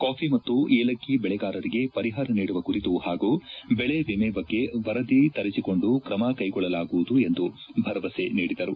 coffee ಮತ್ತು ಏಲಕ್ಷಿ ಬೆಳೆಗಾರರಿಗೆ ಪರಿಹಾರ ನೀಡುವ ಕುರಿತು ಹಾಗೂ ಬೆಳೆ ವಿಮೆ ಬಗ್ಗೆ ವರದಿ ತರಿಸಿಕೊಂಡು ಕ್ರಮಕ್ಕೆಗೊಳ್ಳಲಾಗುವುದು ಎಂದು ಭರವಸೆ ನೀಡಿದರು